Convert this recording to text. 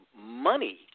money